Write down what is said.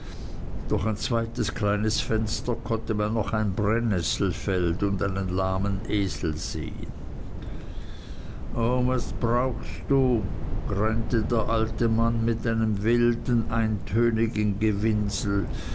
durch ein zweites kleines fenster konnte man noch ein brennesselfeld und einen lahmen esel sehen o was brauchst du greinte der alte mann mit einem wilden eintönigen gewinsel